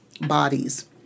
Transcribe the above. bodies